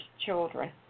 children